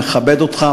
מכבד אותך,